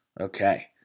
Okay